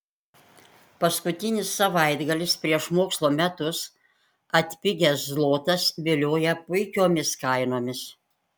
paskutinis savaitgalis prieš mokslo metus atpigęs zlotas vilioja puikiomis kainomis